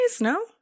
No